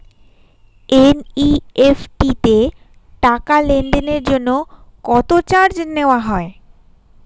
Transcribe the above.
NEFT তে টাকা লেনদেনের জন্য কত চার্জ নেয়া হয়?